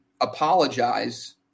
apologize